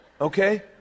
Okay